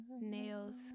nails